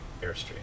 airstream